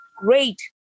great